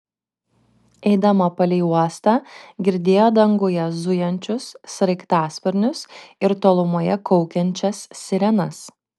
eidama palei uostą girdėjo danguje zujančius sraigtasparnius ir tolumoje kaukiančias sirenas